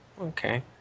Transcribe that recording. Okay